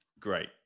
Great